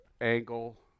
angle